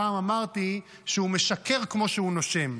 פעם אמרתי שהוא משקר כמו שהוא נושם,